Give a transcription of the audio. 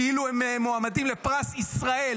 כאילו הם מועמדים לפרס ישראל,